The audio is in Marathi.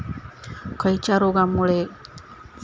खयच्या कारणांमुळे आम्याची झाडा होरपळतत आणि मगेन करपान जातत?